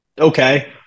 okay